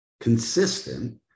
consistent